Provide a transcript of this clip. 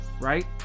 right